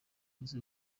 azi